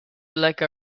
like